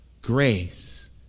Grace